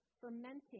fermenting